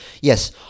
yes